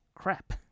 crap